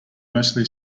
mostly